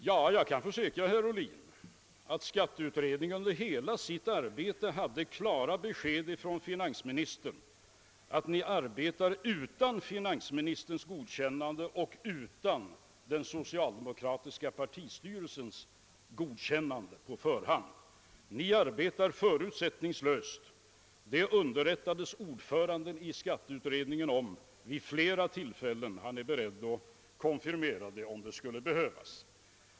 Ja, jag kan försäkra herr Ohlin att skatteberedningen under hela sitt arbete hade klara besked från finansministern om att den inte hade något godkännande på förhand från finansministern och från den socialdemokratiska partistyrelsen. Ordföranden i skatteberedningen underrättades vid flera tillfällen om att utredningen arbetade förutsättningslöst, och han är beredd att konfirmera denna uppgift, om det skulle behövas.